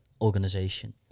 organization